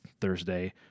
Thursday